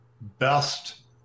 best